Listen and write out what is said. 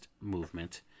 movement